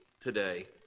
today